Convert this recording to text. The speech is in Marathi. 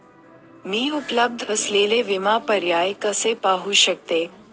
मी उपलब्ध असलेले विमा पर्याय कसे पाहू शकते?